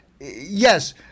yes